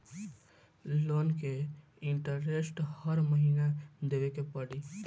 Loan के interest हर महीना देवे के पड़ी?